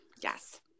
Yes